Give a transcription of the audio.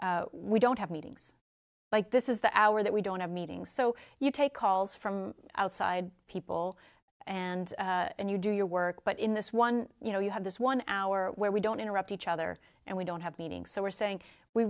where we don't have meetings like this is the hour that we don't have meetings so you take calls from outside people and and you do your work but in this one you know you have this one hour where we don't interrupt each other and we don't have meetings so we're saying we